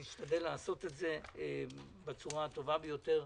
אני משתדל לעשות זאת בצורה הטובה ביותר,